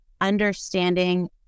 understanding